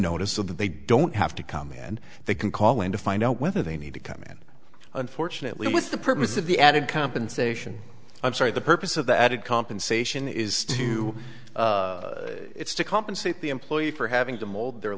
notice of that they don't have to come in and they can call in to find out whether they need to come in unfortunately with the purpose of the added compensation i'm sorry the purpose of the added compensation is to it's to compensate the employee for having to mold their